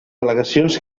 al·legacions